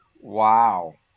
Wow